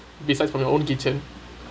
besides from your own kitchen